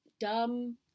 dumb